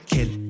Kill